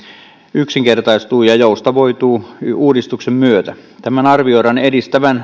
yksinkertaistuu ja joustavoituu uudistuksen myötä tämän arvioidaan edistävän